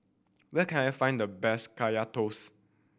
where can I find the best Kaya Toast